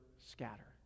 scatter